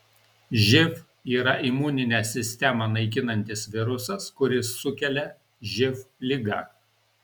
živ yra imuninę sistemą naikinantis virusas kuris sukelia živ ligą